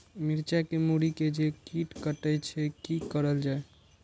मिरचाय के मुरी के जे कीट कटे छे की करल जाय?